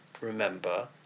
remember